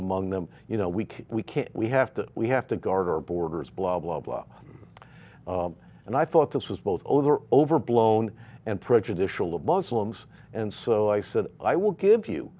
among them you know we can we can we have to we have to guard our borders blah blah blah and i thought this was both over overblown and prejudicial of muslims and so i said i will give you